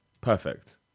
perfect